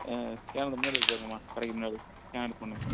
ஆ scanner முன்னாடி இருக்கு பாருங்கம்மா கடைக்கு முன்னாடி ஸ்கேன் பண்ணுங்கள்